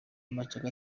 amashyaka